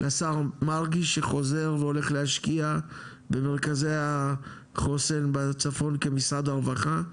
לשר מרגי שחוזר והולך להשקיע במרכזי החוסן בצפון כמשרד הרווחה,